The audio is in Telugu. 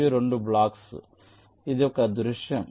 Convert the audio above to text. ఇవి 2 బ్లాక్స్లు ఇది ఒక దృశ్యం